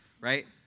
right